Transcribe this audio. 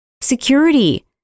security